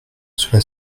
cela